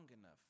enough